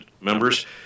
members